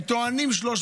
בכמה